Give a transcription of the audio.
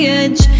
edge